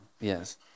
Yes